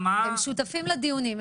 הם שותפים לדיונים.